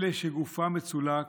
לאלה שגופם מצולק,